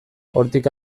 hortik